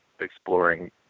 exploring